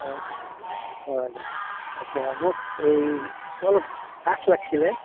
অঁ আচ্ছা আচ্ছা মোক এই অলপ কাঠ লাগছিলহে